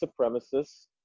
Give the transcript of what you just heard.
supremacists